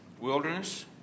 wilderness